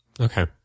okay